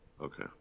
Okay